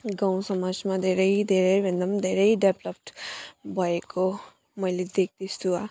गाउँ समाजमा धेरै धेरैभन्दा पनि धेरै डेभलप्ड भएको मैले देख्दैछु